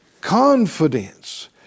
Confidence